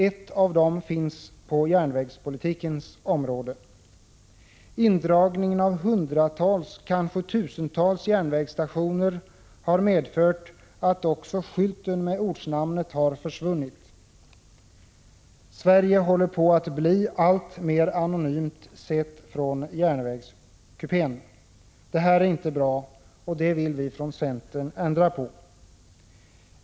Ett av dem gäller järnvägspolitiken. Indragningen av hundratals, kanske tusentals, järnvägsstationer har medfört att också skylten med ortnamnet har försvunnit. Sverige håller på att bli alltmer anonymt, sett från järnvägskupén. Det här är inte bra, och det vill vi från centern ändra på.